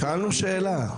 שאלנו שאלה.